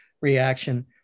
reaction